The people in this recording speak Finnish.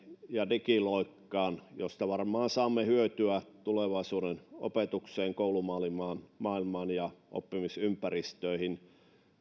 ja digiloikkaan joista varmaan saamme hyötyä tulevaisuuden opetukseen koulumaailmaan ja oppimisympäristöihin